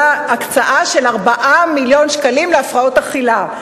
הקצאה של 4 מיליון שקלים להפרעות אכילה.